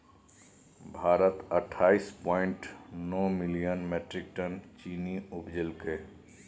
भारत अट्ठाइस पॉइंट नो million metric ton चीन्नी उपजेलकै